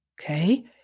Okay